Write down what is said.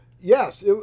yes